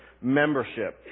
membership